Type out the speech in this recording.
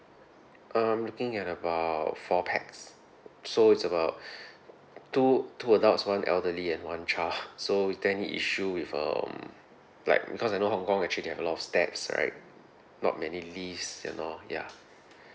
um looking at about four pax so it's about two two adults one elderly and one child so is there any issue with um like because I know hong-kong actually they have a lot of steps right not many lifts you know ya